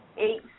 eight